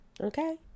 Okay